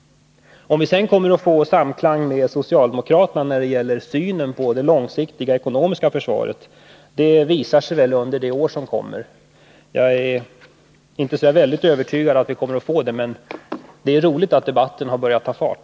Om vi sedan kommer att få samklang med socialdemokraterna när det gäller synen på det långsiktiga ekonomiska försvaret visar sig väl under det år som kommer. Jag är inte så där väldigt övertygad om att vi kommer att få en sådan samklang, men det är roligt att debatten börjat ta fart.